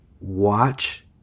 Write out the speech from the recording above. watch